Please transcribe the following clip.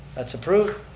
that's approved.